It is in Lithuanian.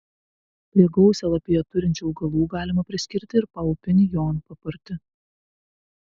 prie gausią lapiją turinčių augalų galima priskirti ir paupinį jonpapartį